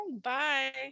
Bye